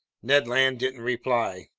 ned land didn't reply.